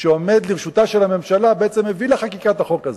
שעומד לרשותה של הממשלה בעצם הביא לחקיקת החוק הזה.